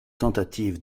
tentatives